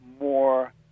more